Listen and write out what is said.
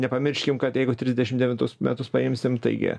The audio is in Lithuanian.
nepamirškim kad jeigu trisdešimt devintus metus paimsim taigi